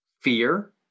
fear